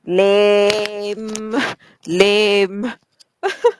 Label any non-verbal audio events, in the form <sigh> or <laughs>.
lame <laughs> lame